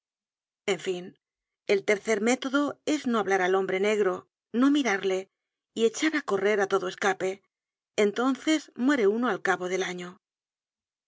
en fin el tercer método es no hablar al hombre negro no mirarle y echar á corrrer á todo escape entonces muere uno al cabo del año